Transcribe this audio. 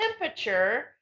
temperature